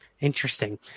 Interesting